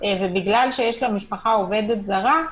ובגלל שיש למשפחה עובדת זרה,